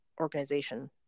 organization